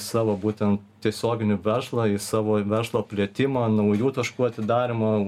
savo būten tiesioginį verslą savo verslo plėtimą naujų taškų atidarymo